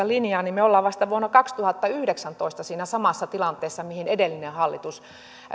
linjaa me olemme vasta vuonna kaksituhattayhdeksäntoista siinä samassa tilanteessa kuin mihin edellinen hallitus